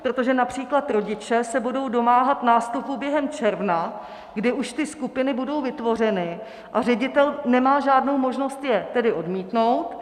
Protože například rodiče se budou domáhat nástupu během června, kdy už ty skupiny budou vytvořeny, a ředitel nemá žádnou možnost je tedy odmítnout.